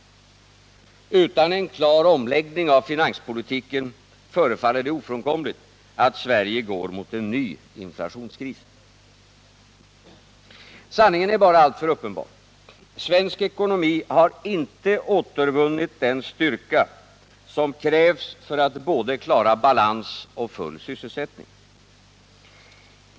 Utan en klar omlägg — 14 december 1978 ning av finanspolitiken förefaller det ofrånkomligt att Sverige går mot en ny inflationskris. Sanningen är bara alltför uppenbar. Svensk ekonomi har inte återvunnit den styrka som krävs för att klara både balans och full sysselsättning.